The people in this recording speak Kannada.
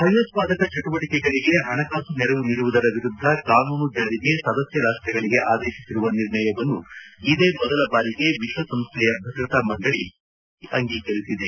ಭಯೋತ್ಪಾದಕ ಚಟುವಟಿಕೆಗಳಿಗೆ ಹಣಕಾಸು ನೆರವು ನೀಡುವುದರ ವಿರುದ್ದ ಕಾನೂನು ಜಾರಿಗೆ ಸದಸ್ಯ ರಾಷ್ಟ್ರಗಳಿಗೆ ಆದೇಶಿಸಿರುವ ನಿರ್ಣಯವನ್ನು ಇದೇ ಮೊದಲ ಬಾರಿಗೆ ವಿಶ್ವಸಂಸ್ಣೆಯ ಭದ್ರತಾ ಮಂಡಳಿ ಅವಿರೋಧವಾಗಿ ಅಂಗೀಕರಿಸಿದೆ